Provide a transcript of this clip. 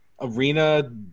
arena